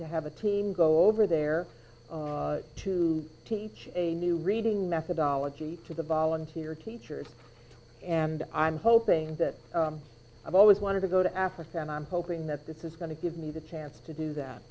to have a team go over there to teach a new reading methodology to the volunteer teachers and i'm hoping that i've always wanted to go to africa and i'm hoping that this is going to give me the chance to do that